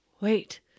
Wait